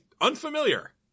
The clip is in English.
Unfamiliar